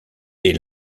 est